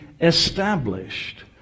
established